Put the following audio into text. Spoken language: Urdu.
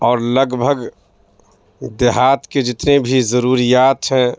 اور لگ بھگ دیہات کے جتنے بھی ضروریات ہے